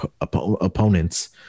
opponents